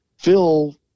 Phil